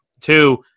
two